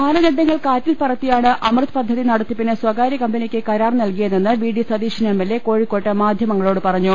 മാനദണ്ഡങ്ങൾ കാറ്റിൽപറത്തിയാണ് അമൃത് പദ്ധതി നടത്തിപ്പിന് സ്ഥകാര്യ കമ്പനിക്ക് കരാർ നല്കിയതെന്ന് V D Satheesan M L A കോഴിക്കോട്ട് മാധ്യമങ്ങളോട് പറഞ്ഞു